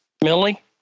Millie